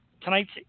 Tonight's